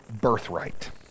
birthright